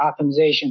optimization